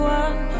one